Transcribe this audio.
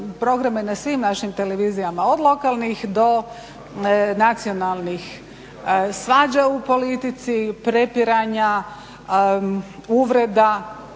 na svim našim televizijama, od lokalnih do nacionalnih, svađa u politici, prepiranja, uvreda,